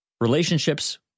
relationships